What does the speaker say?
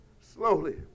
slowly